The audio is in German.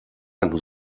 ein